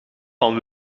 van